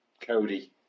Cody